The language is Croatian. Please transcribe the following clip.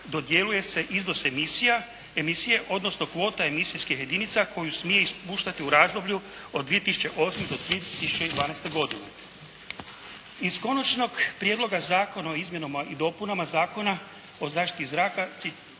dodjeljuje se iznos emisije, odnosno kvota emisijskih jedinica koju smije ispuštati u razdoblju od 2008. do 2012. godine. Iz Konačnog prijedloga zakona o izmjenama i dopunama Zakona o zaštiti zraka citirat